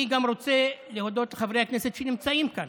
אני רוצה להודות גם לחברי הכנסת שנמצאים כאן.